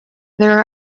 there